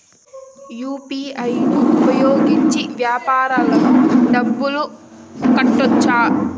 UPI ను ఉపయోగించి వ్యాపారాలకు డబ్బులు కట్టొచ్చా?